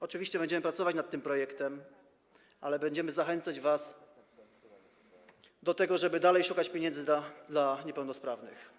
Oczywiście będziemy pracować nad tym projektem, ale będziemy zachęcać was do tego, żeby dalej szukać pieniędzy dla niepełnosprawnych.